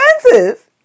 expensive